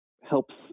helps